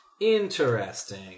Interesting